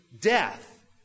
death